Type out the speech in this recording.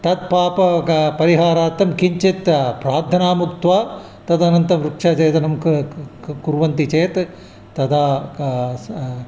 तत् पापं ग परिहारार्थं किञ्चित् प्रार्थनाम् उक्त्वा तदनन्तरं वृक्षच्छेदनं क् क् कुर्वन्ति चेत् तदा क स